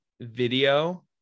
video